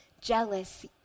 Jealous